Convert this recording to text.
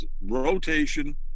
rotation